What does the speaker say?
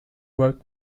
work